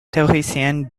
théoriciens